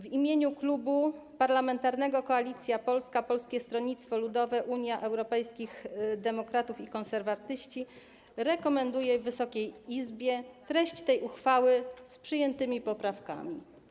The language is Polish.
W imieniu Klubu Parlamentarnego Koalicja Polska - Polskie Stronnictwo Ludowe, Unia Europejskich Demokratów, Konserwatyści rekomenduję Wysokiej Izbie treść tej uchwały z przyjętymi poprawkami.